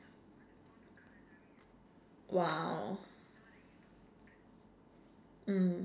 !wow! mm